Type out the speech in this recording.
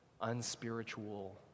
unspiritual